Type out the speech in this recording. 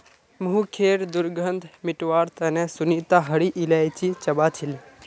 मुँहखैर दुर्गंध मिटवार तने सुनीता हरी इलायची चबा छीले